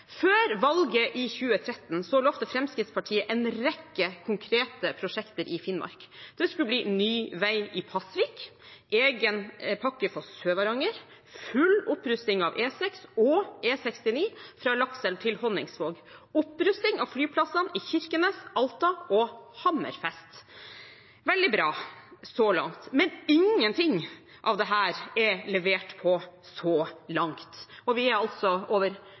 Før valget i 2013 lovte Fremskrittspartiet en rekke konkrete prosjekter i Finnmark. Det skulle bli ny vei i Pasvik, egen pakke for Sør-Varanger, full opprusting av E6 og E69 fra Lakselv til Honningsvåg, opprusting av flyplassene i Kirkenes, Alta og Hammerfest. Veldig bra så langt, men ingenting av dette er levert på så langt, og vi er altså over